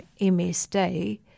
MSD